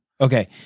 Okay